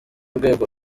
rwego